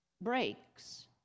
breaks